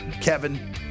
Kevin